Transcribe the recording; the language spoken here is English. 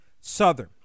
Southern